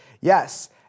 Yes